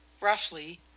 Roughly